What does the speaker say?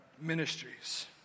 ministries